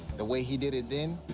the way he did it then,